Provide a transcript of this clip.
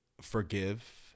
forgive